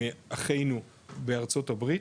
מאחינו בארצות הברית